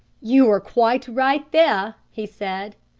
you are quite right there, he said.